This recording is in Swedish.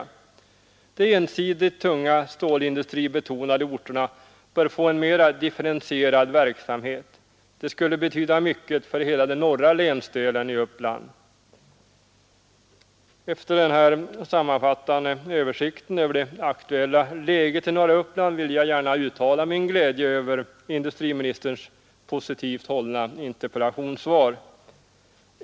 Orter med ensidig tung stålindustri bör få en mera differentierad verksamhet. Det skulle betyda mycket för hela den norra länsdelen i Uppland. Efter denna sammanfattande översikt över det aktuella läget i norra Uppland vill jag gärna uttala min glädje över industriministerns positivt hållna interpellationssvar.